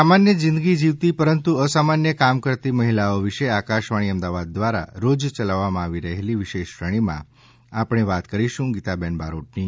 સામાન્ય જિંદગી જીવતી પરંતુ અસામાન્ય કામ કરતી મહિલાઓ વિશે આકાશવાણી અમદાવાદ દ્વારા રોજ યલાવવામાં આવી રહેલી વિશેષ શ્રેણીમાં આપણે વાત કરીશું ગીતા બેન બારોટની